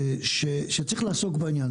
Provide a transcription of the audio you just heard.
שצריך לעסוק בעניין.